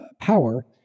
power